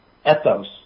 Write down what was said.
ethos